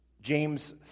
James